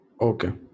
Okay